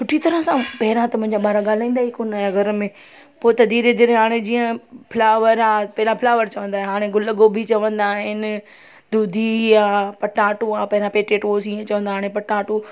सुठी तरह सां पहिरियां त मुंहिंजा ॿार ॻाल्हाईंदा ई कोन हुआ घर में पोइ त धीरे धीरे हाणे जीअं फिलावर आहे पहिरियां फिलावर चवंदा हुया हाणे गुल गोभी चवंदा आहिनि धूधी आहे पटाटो आहे पहिरियां पेटेटोज़ ईअं चवंदा हुया हाणे पटाटो